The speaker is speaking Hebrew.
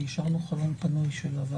שאי אפשר לחדש יותר.